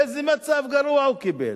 איזה מצב גרוע הוא קיבל?